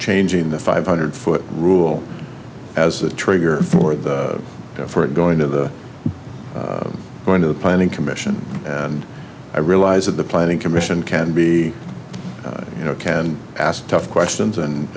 changing the five hundred foot rule as a trigger for the for going to the going to the planning commission and i realize that the planning commission can be you know can ask tough questions and